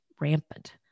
rampant